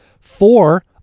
four